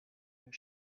your